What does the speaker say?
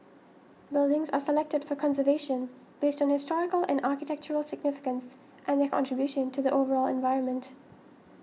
buildings are selected for conservation based on historical and architectural significance and their contribution to the overall environment